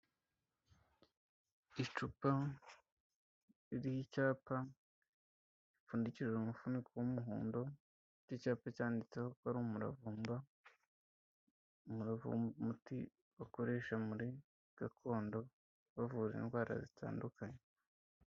Icupa ririho icyapa, ripfundikije umufuniko w'umuhondo, icyapa cyanditseho ko ari umuravumba, umuravumba, umuti bakoresha muri gakondo, bavura indwara zitandukanye.